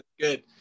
Good